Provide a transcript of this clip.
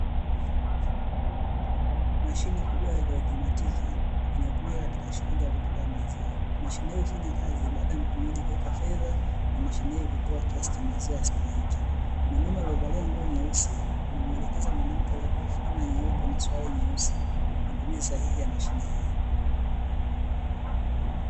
Mashine kubwa ya kiotomatiki inayotumika katika shughuli za uuzaji wa maziwa, mashine hii hufanya kazi baada ya mtumiaji kuweka fedha na kutoa kiasi cha maziwa stahiki, mwanaume alievalia nguo nyeusi akimuelekeza mwanamke alievalia fulana nyeupe na suruali nyeusi matumizi sahihi ya mashine hii.